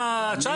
ה-19.